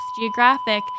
geographic